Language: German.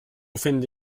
finde